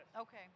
Okay